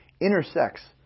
intersects